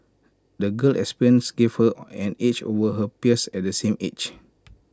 the girl's experiences gave her an edge over her peers at the same age